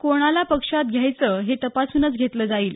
कोणाला पक्षात घ्यायचं हे तपासूनच घेतले जाईल